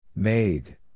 Made